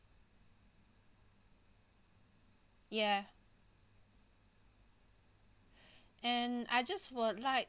ya and I just would like